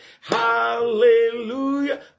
Hallelujah